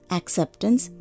acceptance